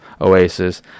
Oasis